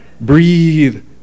breathe